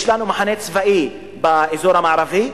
יש לנו מחנה צבאי באזור המערבי.